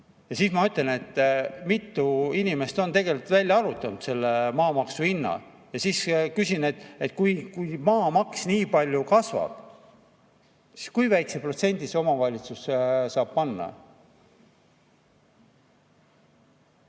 seda. Ma ütlen, mitu inimest on tegelikult välja arvutanud selle maamaksu hinna. Ja siis küsin, et kui maamaks nii palju kasvab, siis kui väikese protsendi omavalitsus saab panna.